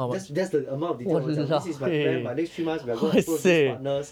that's that's the amount of detail 我讲 this is my plan by next three months we're going to approach these